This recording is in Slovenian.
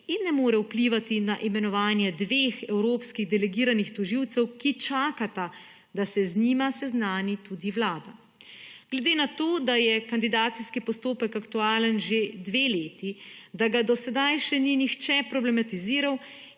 in ne more vplivati na imenovanje dveh evropskih delegiranih tožilcev, ki čakata, da se z njima seznani tudi Vlada. Glede na to, da je kandidacijski postopek aktualen že dve leti, da ga do sedaj še ni nihče problematiziral